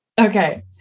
Okay